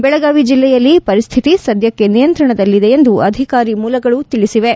ಬೆಳಗಾವಿ ಜಿಲ್ಲೆಯಲ್ಲಿ ಪರಿಸ್ಥಿತಿ ಸದಕ್ಷೆ ನಿಯಂತ್ರಣದಲ್ಲಿದೆ ಎಂದು ಅಧಿಕಾರಿ ಮೂಲಗಳು ತಿಳಿಸಿವೆ